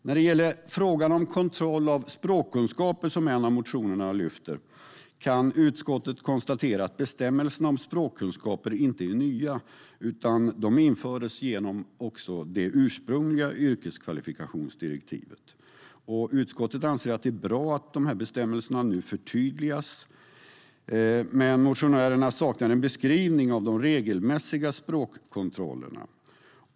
När det gäller frågan om kontroll av språkkunskaper, som en av motionerna lyfter fram, kan utskottet konstatera att bestämmelserna om språkkunskaper inte är nya utan infördes genom det ursprungliga yrkeskvalifikationsdirektivet. Utskottet anser att det är bra att dessa bestämmelser nu förtydligas. Motionärerna saknar dock en beskrivning av de regelmässiga språkkontrollerna.